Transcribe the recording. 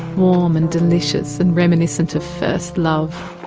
warm and delicious and reminiscent of first love.